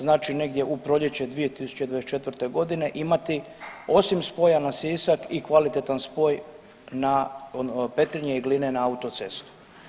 Znači negdje u proljeće 2024. godine imati osim spoja na Sisak i kvalitetan spoj na, Petrinje i Gline na autocestu.